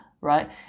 right